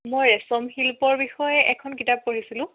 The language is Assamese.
মই ৰেশম শিল্পৰ বিষয়ে এখন কিতাপ পঢ়িছিলোঁ